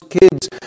kids